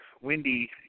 Wendy